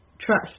trust